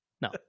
No